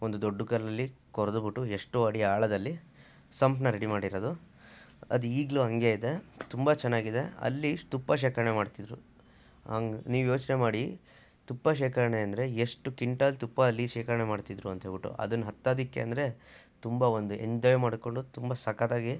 ಒಂದು ದೊಡ್ಡ ಕಲ್ಲಲ್ಲಿ ಕೊರೆದುಬಿಟ್ಟು ಎಷ್ಟೊ ಅಡಿ ಆಳದಲ್ಲಿ ಸಂಪನ್ನ ರೆಡಿ ಮಾಡಿರೋದು ಅದು ಈಗಲೂ ಹಂಗೆ ಇದೆ ತುಂಬ ಚೆನ್ನಾಗಿದೆ ಅಲ್ಲಿ ತುಪ್ಪ ಶೇಖರ್ಣೆ ಮಾಡ್ತಿದ್ರು ಹಂಗೆ ನೀವು ಯೋಚನೆ ಮಾಡಿ ತುಪ್ಪ ಶೇಖರ್ಣೆ ಅಂದರೆ ಎಷ್ಟು ಕಿಂಟಾಲ್ ತುಪ್ಪ ಅಲ್ಲಿ ಶೇಖರ್ಣೆ ಮಾಡ್ತಿದ್ರು ಅಂತ್ಹೇಳಿಬಿಟ್ಟು ಅದನ್ನ ಹತ್ತೊದಕ್ಕೆ ಅಂದರೆ ತುಂಬ ಒಂದು ಎಂಜಾಯ್ ಮಾಡಿಕೊಂಡು ತುಂಬ ಸಕತ್ತಾಗಿ